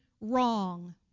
wrong